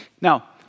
now